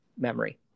memory